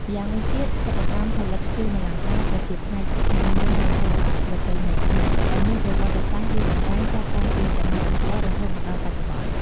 ម្យ៉ាងវិញទៀតសិប្បកម្មផលិតគ្រឿងអលង្ការ ក៏ជាផ្នែកសំខាន់មួយនៃសិល្បៈប្រពៃណីខ្មែរ ដែលមានប្រវត្តិសាស្ត្រយូរអង្វែងចាប់តាំងពីសម័យអង្គររហូតមកដល់បច្ចុប្បន្ន។